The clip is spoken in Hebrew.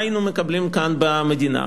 מה היינו מקבלים כאן, במדינה?